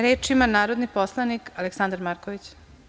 Reč ima narodni poslanik Aleksandar Marković.